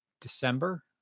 December